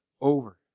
over